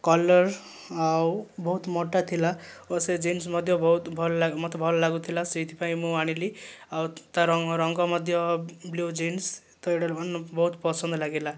colour ଆଉ ବହୁତ ମୋଟା ଥିଲା ଆଉ ସେ ଜିନ୍ସ ମଧ୍ୟ ବହୁତ ମୋତେ ଭଲ ଲାଗୁଥିଲା ସେଥିପାଇଁ ମୁଁ ଆଣିଲି ଆଉ ତା'ର ରଙ୍ଗ ମଧ୍ୟ ବ୍ଲୁ ଜିନ୍ସ ତ ଏହିଟା ବହୁତ ପସନ୍ଦ ଲାଗିଲା